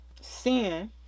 sin